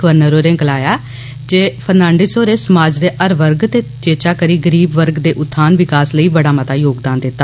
governor होरें गलाया जे फर्नांडिस होरें समाज दे हर वर्ग ते चेचा करी गरीब वर्ग दे उत्थान विकास लेई बड़ा मता योगदान दिता